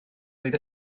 oedd